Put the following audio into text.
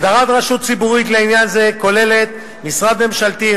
הגדרת רשות ציבורית לעניין זה כוללת משרד ממשלתי,